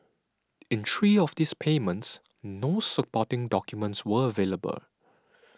in three of these payments no supporting documents were available